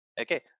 Okay